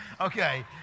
Okay